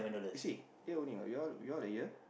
you see here only what y'all y'all are here